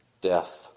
death